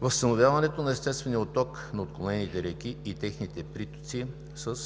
възстановяването на естествения отток на отклонените реки и техните притоци с